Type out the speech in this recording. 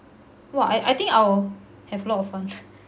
!wah! I think I will have a lot of fun